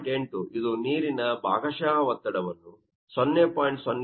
8 ಇದು ನೀರಿನ ಭಾಗಶಃ ಒತ್ತಡವನ್ನು 0